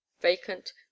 vacant